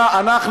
אדוני,